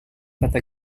kata